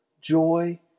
joy